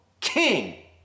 king